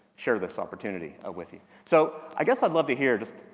share this opportunity, ah, with you. so, i guess i'd love to hear just,